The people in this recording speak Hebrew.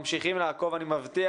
אנחנו ממשיכים לעקוב, אני מבטיח.